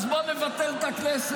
אז בוא נבטל את הכנסת.